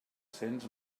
cents